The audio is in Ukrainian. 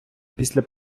після